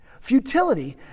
Futility